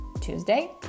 Tuesday